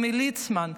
או מליצמן,